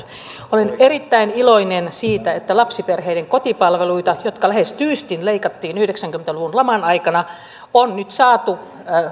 olen erittäin iloinen siitä että lapsiperheiden kotipalveluita jotka lähes tyystin leikattiin yhdeksänkymmentä luvun laman aikana on nyt saatu